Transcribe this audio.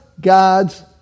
God's